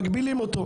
מגבילים אותו.